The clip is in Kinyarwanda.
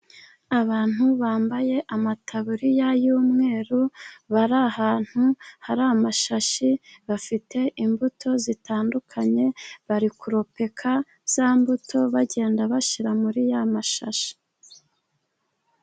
Abantu bambaye amataburiya y'umweru, bari ahantu hari amashashi bafite imbuto zitandukanye, bari kuropeka za mbuto bagenda bashyira muri ya mashashi.